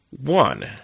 One